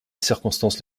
circonstance